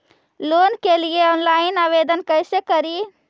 Loan के लिये online आवेदन कैसे करि?